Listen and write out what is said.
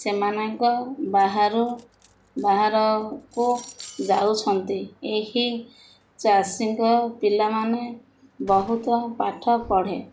ସେମାନଙ୍କ ବାହାରୁ ବାହାରକୁ ଯାଉଛନ୍ତି ଏହି ଚାଷୀଙ୍କ ପିଲାମାନେ ବହୁତ ପାଠ ପଢ଼େ